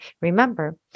remember